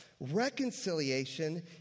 Reconciliation